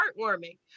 heartwarming